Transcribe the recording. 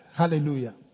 hallelujah